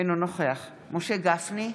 אינו נוכח משה גפני,